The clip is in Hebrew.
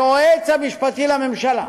היועץ המשפטי לממשלה,